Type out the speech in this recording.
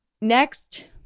Next